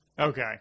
Okay